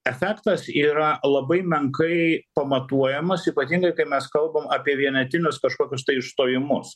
efektas yra labai menkai pamatuojamas ypatingai kai mes kalbam apie vienetinius kažkokius tai išstojimus